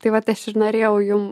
tai vat aš ir norėjau jum